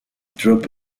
drop